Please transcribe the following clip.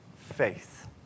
faith